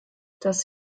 das